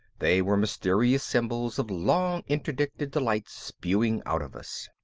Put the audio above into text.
they were mysterious symbols of long-interdicted delights spewing out of us.